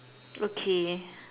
okay